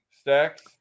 Stacks